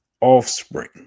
offspring